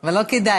אבל לא כדאי.